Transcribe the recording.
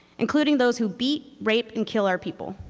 including those who beat, rape and kill our people.